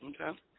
Okay